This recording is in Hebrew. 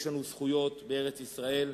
יש לנו זכויות בארץ-ישראל,